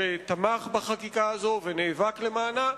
שתמך בחקיקה הזאת ונאבק למענה.